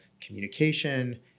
communication